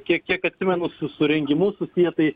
kiek kiek atsimenu su su rengimu susiję tai